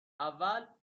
اول